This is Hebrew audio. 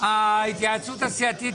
חמישי וגם שישי שבת.